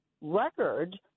record